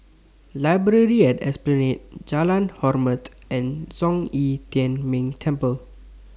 Library At Esplanade Jalan Hormat and Zhong Yi Tian Ming Temple